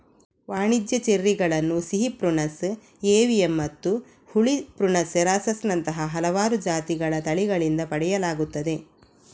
ವಾಣಿಜ್ಯ ಚೆರ್ರಿಗಳನ್ನು ಸಿಹಿ ಪ್ರುನಸ್ ಏವಿಯಮ್ಮತ್ತು ಹುಳಿ ಪ್ರುನಸ್ ಸೆರಾಸಸ್ ನಂತಹ ಹಲವಾರು ಜಾತಿಗಳ ತಳಿಗಳಿಂದ ಪಡೆಯಲಾಗುತ್ತದೆ